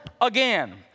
again